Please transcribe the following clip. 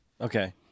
Okay